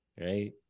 right